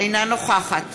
אינה נוכחת